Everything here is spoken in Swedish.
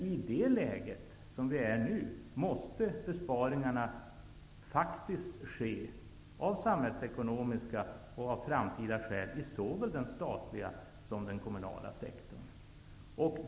I dagens läge måste det faktiskt ske besparingar av samhällsekonomiska och av framtida skäl i såväl den statliga som den kommunala sektorn.